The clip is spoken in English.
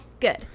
good